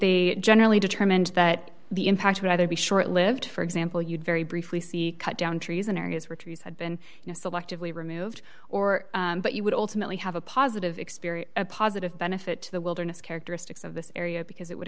they generally determined that the impact would either be short lived for example you'd very briefly see cut down trees in areas where trees had been you know selectively removed or but you would ultimately have a positive experience positive benefit to the wilderness characteristics of this area because it would